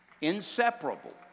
inseparable